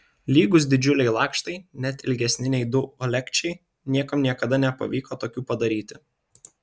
lygūs didžiuliai lakštai net ilgesni nei du uolekčiai niekam niekada nepavyko tokių padaryti